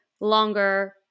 longer